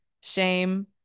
shame